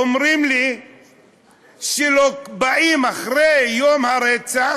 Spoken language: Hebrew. אומרים לי שבאים אחרי יום הרצח,